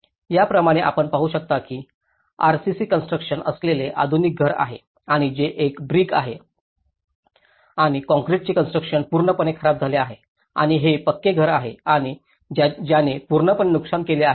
याप्रमाणे आपण पाहू शकता की आरसीसी कॉन्स्ट्रुकशन असलेले आधुनिक घर आहे आणि जे एक ब्रिक आहे आणि काँक्रीटचे कॉन्स्ट्रुकशन पूर्णपणे खराब झाले आहे आणि हे पक्के घर आहे आणि ज्याने पूर्णपणे नुकसान केले आहे